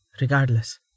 Regardless